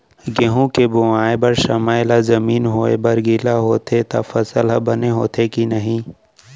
गेहूँ के बोआई बर समय ला जमीन होये बर गिला होथे त फसल ह बने होथे की नही?